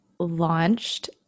Launched